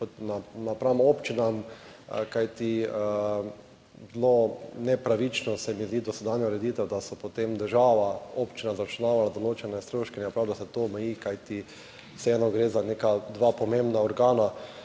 napram občinam, kajti bilo nepravično se mi zdi dosedanja ureditev, da so potem država, občina zaračunavali določene stroške in je prav, da se to omeji, kajti vseeno gre za neka dva pomembna organa